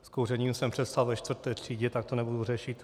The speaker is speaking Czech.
S kouřením jsem přestal ve čtvrté třídě, tak to nebudu řešit.